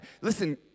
Listen